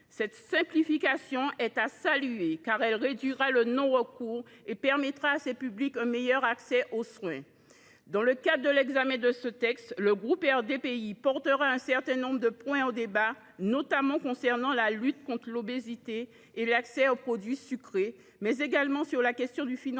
Cette simplification doit être saluée, car elle réduira le non recours et garantira à ces publics un meilleur accès aux soins. Dans le cadre de l’examen de ce texte, le groupe RDPI portera un certain nombre de points au débat, notamment concernant la lutte contre l’obésité et l’accès aux produits sucrés, mais également sur la question du financement